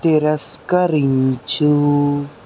తిరస్కరించు